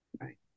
Right